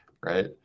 Right